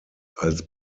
als